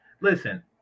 listen